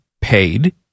paid